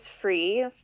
free